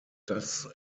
das